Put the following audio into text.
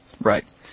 Right